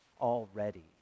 already